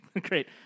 great